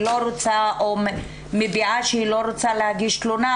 לא רוצה או מביעה שהיא לא רוצה להגיש תלונה,